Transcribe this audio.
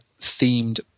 themed